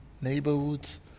neighborhoods